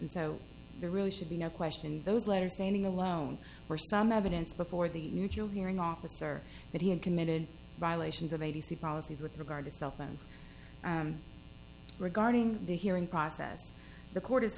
and so there really should be no question those letters standing alone were some evidence before the neutral hearing officer that he had committed violations of a t c policies with regard to cell phones regarding the hearing process the court is